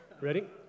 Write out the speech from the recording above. ready